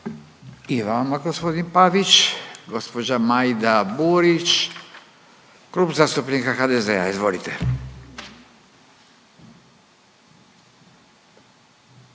I vama gospodine Pavić. Gospođa Majda Burić, Klub zastupnika HDZ-a. Izvolite.